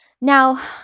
Now